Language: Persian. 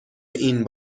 این